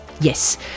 Yes